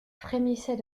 frémissait